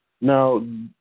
Now